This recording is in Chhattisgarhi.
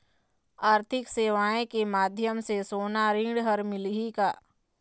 आरथिक सेवाएँ के माध्यम से सोना ऋण हर मिलही का?